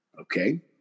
Okay